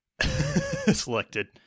Selected